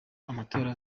amatora